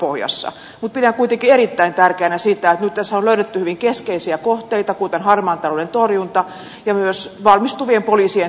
mutta pidän kuitenkin erittäin tärkeänä sitä että nyt tässä on löydetty hyvin keskeisiä kohteita kuten harmaan talouden torjunta ja myös valmistuvien poliisien työllistäminen